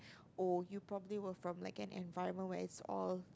oh you probably work from like an environment where it's all